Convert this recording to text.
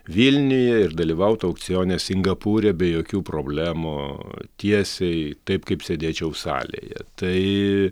vilniuje ir dalyvauti aukcione singapūre be jokių problemų tiesiai taip kaip sėdėčiau salėje tai